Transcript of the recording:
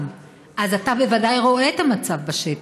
אז אתה בוודאי רואה את המצב בשטח.